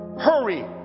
hurry